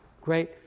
great